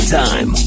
time